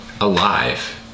alive